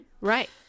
Right